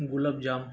गुलाबजाम